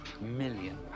million